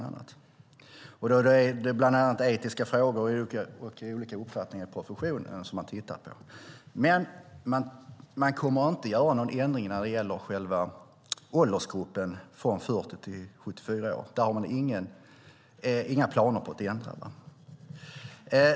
Det är bland annat etiska frågor och olika uppfattningar i professionen som man tittar på. Men man kommer inte att göra någon ändring när det gäller själva åldersgruppen från 40 till 74 år. Det har man inga planer att ändra.